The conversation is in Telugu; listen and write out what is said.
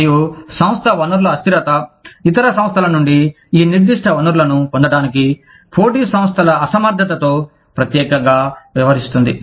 మరియు సంస్థ వనరుల అస్థిరత ఇతర సంస్థల నుండి ఈ నిర్దిష్ట వనరులను పొందటానికి పోటీ సంస్థల అసమర్థతతో ప్రత్యేకంగా వ్యవహరిస్తుంది